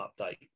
update